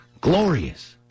glorious